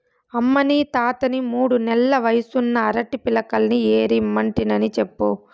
అమ్మనీ తాతని మూడు నెల్ల వయసున్న అరటి పిలకల్ని ఏరి ఇమ్మంటినని చెప్పు